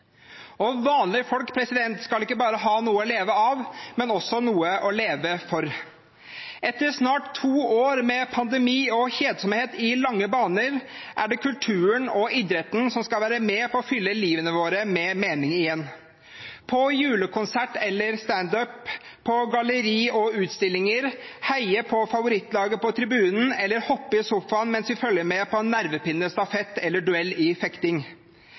Og vanlige folk skal ikke bare ha noe å leve av, men også noe å leve for. Etter snart to år med pandemi og kjedsomhet i lange baner er det kulturen og idretten som skal være med på å fylle livene våre med mening igjen – på julekonsert eller stand up, på galleri og utstillinger. Vi kan heie på favorittlaget på tribunen eller hoppe i sofaen mens vi følger med på en nervepirrende stafett eller